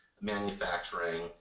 manufacturing